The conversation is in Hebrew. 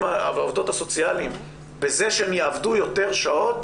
והעובדות הסוציאליים בזה שהם יעבדו יותר שעות